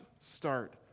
start